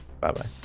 Bye-bye